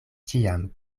ĉiam